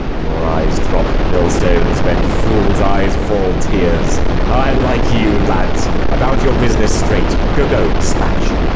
your eyes drop millstones when fools' eyes fall tears i like you, lads about your business straight go, go, despatch.